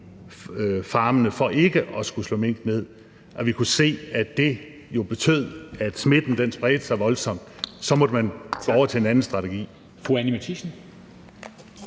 farmene, så vi ikke skulle slå minkene ned, kunne vi se, at det jo betød, at smitten spredte sig voldsomt, og så måtte man gå over til en anden strategi.